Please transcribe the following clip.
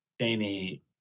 Jamie